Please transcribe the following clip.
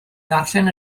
ddarllen